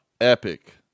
epic